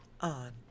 on